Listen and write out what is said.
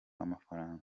amafaranga